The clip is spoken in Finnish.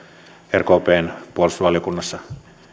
rkpn puolustusvaliokunnassa